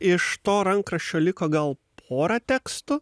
iš to rankraščio liko gal pora tekstų